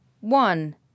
One